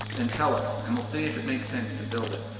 then tell us, and we'll see if it makes sense to build it.